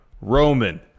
Roman